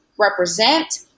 represent